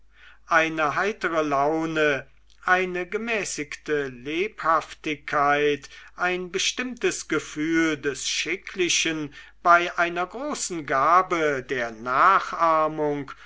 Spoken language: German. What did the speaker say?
eine heitere laune eine gemäßigte lebhaftigkeit ein bestimmtes gefühl des schicklichen bei einer großen gabe der nachahmung